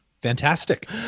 Fantastic